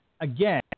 again